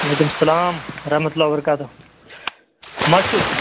وعلیکم السلام ورحمۃ اللہ وبرکاتہ کٔمۍ حظ چھِو